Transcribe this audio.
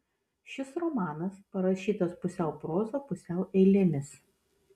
šis romanas parašytas pusiau proza pusiau eilėmis